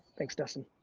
thanks dustin.